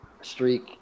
streak